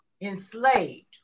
enslaved